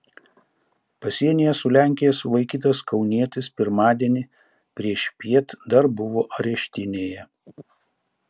pasienyje su lenkija sulaikytas kaunietis pirmadienį priešpiet dar buvo areštinėje